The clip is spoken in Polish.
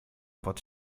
pod